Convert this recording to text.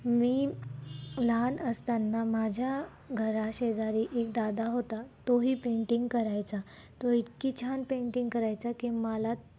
मी लहान असतांना माझ्या घराशेजारी एक दादा होता तोही पेंटिंग करायचा तो इतकी छान पेंटिंग करायचा की मला